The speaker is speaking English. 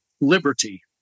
liberty